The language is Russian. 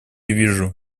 вижу